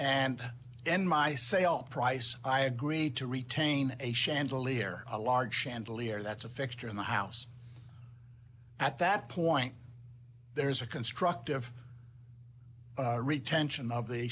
and end my sale price i agreed to retain a chandelier a large chandelier that's a fixture in the house at that point there is a constructive retention of the